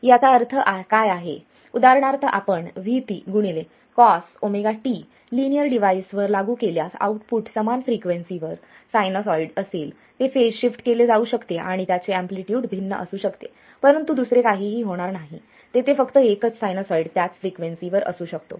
याचा अर्थ काय आहे उदाहरणार्थ आपण VpCosωt लिनियर डिव्हाइसवर लागू केल्यास आउटपुट समान फ्रिक्वेन्सीवर साइनसॉइड असेल ते फेज शिफ्ट केले जाऊ शकते आणि त्याचे एम्पलीट्यूड भिन्न असू शकते परंतु दुसरे काहीही होणार नाही तेथे फक्त एकच साइनसॉइड त्याच फ्रिक्वेंसीवर असू शकतो